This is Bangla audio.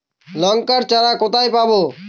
লঙ্কার চারা কোথায় পাবো?